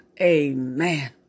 Amen